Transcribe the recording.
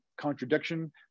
contradiction